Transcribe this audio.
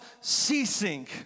ceasing